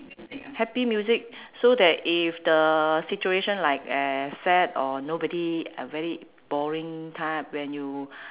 happy music so that if the situation like as sad or nobody a very boring type when you